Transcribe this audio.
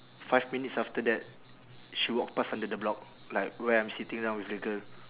five minutes after that she walk pass under the block like where I'm sitting down with the girl